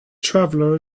traveller